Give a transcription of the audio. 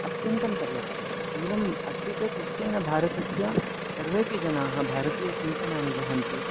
अत्यन्तं पर्याप्तम् एवम् अस्ति चेत् निश्चयेन भारतस्य सर्वेपि जनाः भारतीय चिन्तनानि वहन्ति